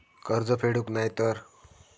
कर्ज फेडूक नाय तर?